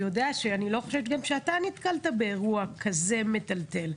אני לא חושבת שגם אתה נתקלת באירוע כזה מטלטל.